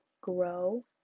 grow